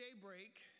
daybreak